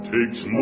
Takes